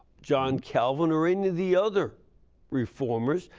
john calvin or any of the other reformers.